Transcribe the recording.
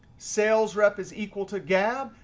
sales rep is equal to gab,